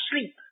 sleep